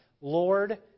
Lord